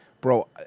Bro